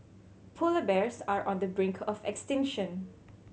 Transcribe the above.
polar bears are on the brink of extinction